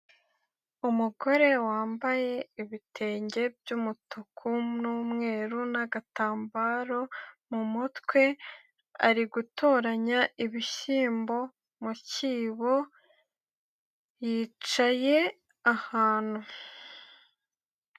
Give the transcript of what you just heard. Umugore wambaye ibitenge by'umutuku n'umweru n'agatambaro mu mutwe, ari gutoranya ibishyimbo mu cyibo, yicaye ahantu.